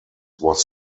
was